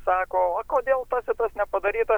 sako o kodėl tas ir tas nepadaryta